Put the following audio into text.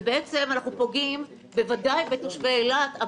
ובעצם אנחנו פוגעים בוודאי בתושבי אילת,